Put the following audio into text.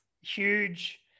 huge